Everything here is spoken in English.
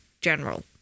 general